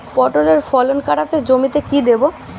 পটলের ফলন কাড়াতে জমিতে কি দেবো?